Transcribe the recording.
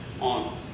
on